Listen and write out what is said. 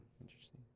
interesting